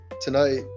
tonight